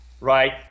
right